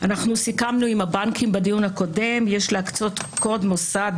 אנחנו סיכמנו עם הבנקים בדיון הקודם: יש להקצות קוד מוסד